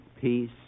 peace